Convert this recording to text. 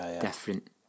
different